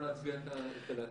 למה לא להצביע ---?